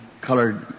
colored